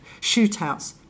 shootouts